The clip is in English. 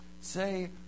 Say